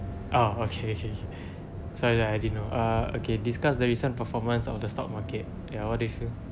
ah okay okay sorry ah I didn't know ah okay discuss the recent performance of the stock market ya what do you feel